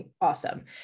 awesome